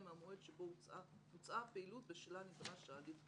מהמועד שבו בוצעה הפעילות שבשלה נדרש ההליך כאמור."